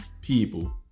people